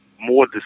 more